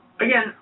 again